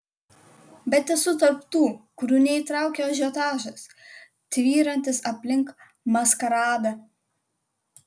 bet esu tarp tų kurių neįtraukia ažiotažas tvyrantis aplink maskaradą